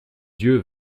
yeux